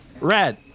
Red